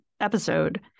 episode